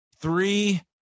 three